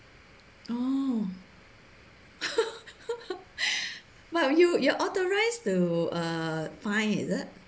orh well you you are authorised to uh fine is it